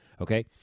Okay